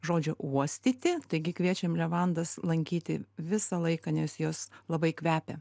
žodžio uostyti taigi kviečiam levandas lankyti visą laiką nes jos labai kvepia